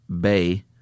bay